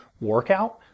workout